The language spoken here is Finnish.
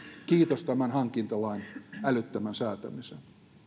kiitos tämän hankintalain älyttömän säätämisen